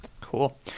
Cool